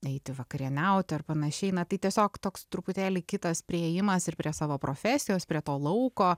eiti vakarieniauti ar panašiai na tai tiesiog toks truputėlį kitas priėjimas ir prie savo profesijos prie to lauko